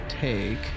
take